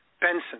Benson